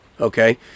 Okay